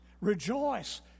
Rejoice